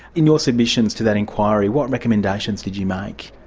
in your submissions to that inquiry what recommendations did you make?